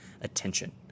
attention